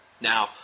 Now